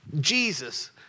Jesus